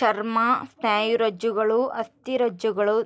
ಚರ್ಮ ಸ್ನಾಯುರಜ್ಜುಗಳು ಅಸ್ಥಿರಜ್ಜುಗಳು